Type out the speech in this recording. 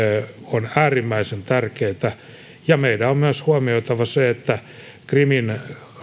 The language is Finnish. ovat äärimmäisen tärkeitä meidän on myös huomioitava se että krimin